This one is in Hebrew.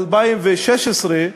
2016,